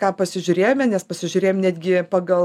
ką pasižiūrėjome nes pasižiūrėjom netgi pagal